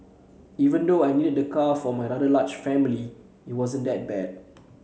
even though I needed the car for my rather large family it wasn't that bad